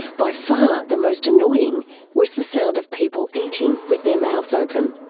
by far the most annoying was the sound of people eating with their mouths open.